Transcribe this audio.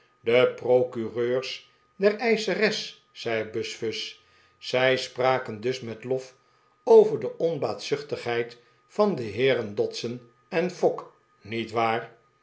de procureurs der eischeres zei buzjfuz zij spraken dus met lof over de onbaatzuchtigheid van de heeren dodson en fogg niet waar